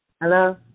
Hello